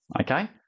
okay